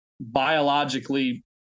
biologically